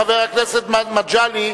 חבר הכנסת מגלי,